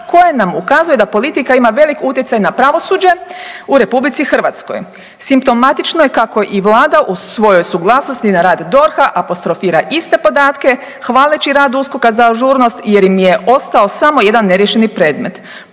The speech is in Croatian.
koje nam ukazuje da politika ima velik utjecaj na pravosuđe u RH. Simptomatično je kao i Vlada u svojoj suglasnosti na rad DORH-a apostrofira iste podatke hvaleći rad USKOK-a za ažurnost jer im je ostao samo jedan neriješeni predmet.